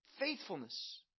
faithfulness